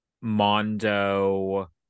Mondo